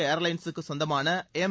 airlines க்குச் சொந்தமான M